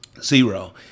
Zero